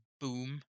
boom